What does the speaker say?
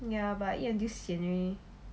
ya but eat until sian already